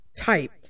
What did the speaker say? type